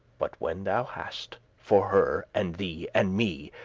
but when thou hast for her, and thee, and me,